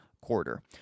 quarter